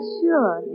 sure